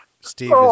Steve